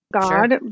God